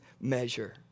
measure